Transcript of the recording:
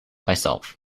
myself